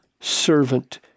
servant